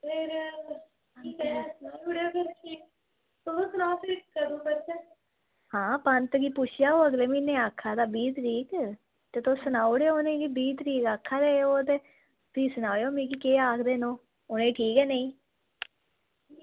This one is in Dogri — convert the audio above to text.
हां पंत गी पुच्छेआ ओह् अगले म्हीने आक्खा दा बीह् तरीक ते तुस सनाई ओड़ेओ उ'नेंगी बीह् तरीक आक्खा दे ओह् ते फ्ही सनाएओ मिगी केह् आखदे न ओह् उ'नेंगी ठीक ऐ नेईं